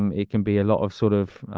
um it can be a lot of sort of,